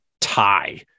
tie